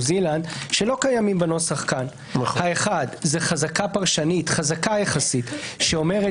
זילנד שלא קיימים בנוסח כאן האחד זה חזקה פרשנית חזקה יחסית שאומרת